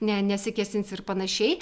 ne nesikėsins ir panašiai